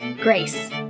Grace